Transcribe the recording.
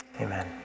Amen